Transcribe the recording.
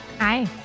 Hi